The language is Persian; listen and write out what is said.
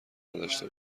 نداشته